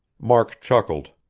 mark chuckled.